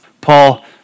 Paul